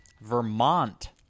Vermont